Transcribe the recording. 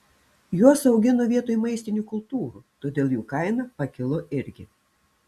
juos augino vietoj maistinių kultūrų todėl jų kaina pakilo irgi